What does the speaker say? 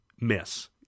miss